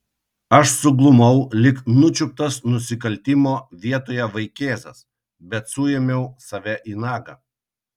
aš suglumau lyg nučiuptas nusikaltimo vietoje vaikėzas bet suėmiau save į nagą